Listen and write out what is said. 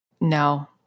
No